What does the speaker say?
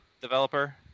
developer